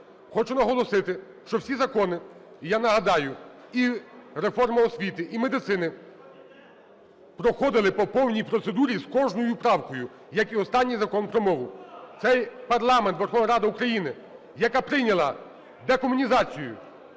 хочу наголосити, що всі закони, і я нагадаю, і реформа освіти, і медицини проходили по повній процедурі з кожною правкою, як і останній Закон про мову. Цей парламент, Верховна Рада України, яка прийняла декомунізацію,